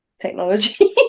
technology